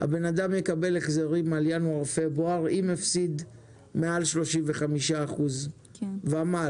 האדם יקבל החזרים על ינואר ופברואר אם הפסיד מעל 35% ומעלה,